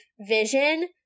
Vision